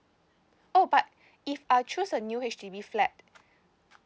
oh but if I choose a new actually flat